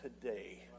today